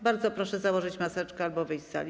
Bardzo proszę założyć maseczkę albo wyjść z sali.